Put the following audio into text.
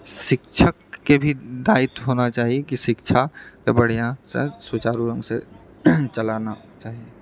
शिक्षकके भी दायित्व होना चाही कि शिक्षाके बढ़िआँसँ सुचारू ढ़ंगसँ चलाना चाही